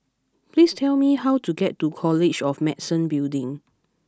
please tell me how to get to College of Medicine Building